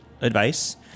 advice